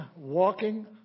walking